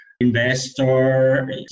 investor